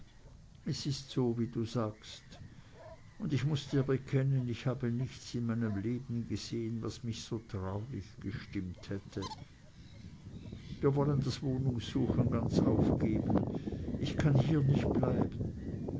es ist so wie du sagst und ich muß dir bekennen ich habe nichts in meinem leben gesehen was mich so traurig gestimmt hätte wir wollen das wohnungssuchen ganz aufgeben ich kann hier nicht bleiben